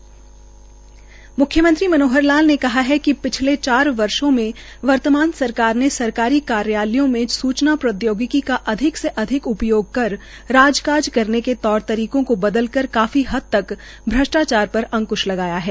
हरियाणा के मुख्यमंत्री श्री मनोहर लाल ने कहा है कि पिछले चार वर्षो में वर्तमान सरकार ने सरकारी कार्यालयों में सूचना प्रोद्यौगिकी का अधिक से अधिक उपयोग कर राजकाज करने के तौर तरीकों को बदलकर काफी हदतक भ्रष्टाचार पर अंकृश लगा है